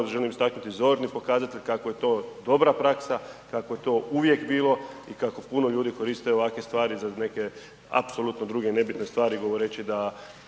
želim istaknuti zorni pokazatelj kako je to dobra praksa, kako je to uvijek bilo i kako puno ljudi koriste ovakve stvari za neke apsolutno nebitne stvari govoreći da